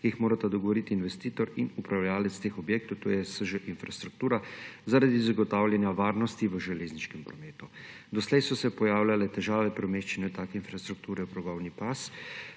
se morata dogovoriti investitor in upravljavec teh objektov, to je SŽ – infrastruktura, zaradi zagotavljanja varnosti v železniškem prometu. Doslej so se pojavljale težave pri umeščanju take infrastrukture v progovni pas.